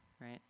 right